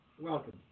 Welcome